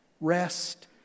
Rest